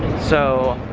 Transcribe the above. so,